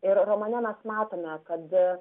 ir romane mes matome kodėl